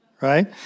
right